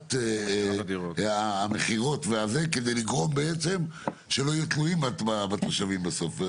הקפאת המכירות כדי לגרום בעצם שלא יהיו תלויים בתושבים בסוף.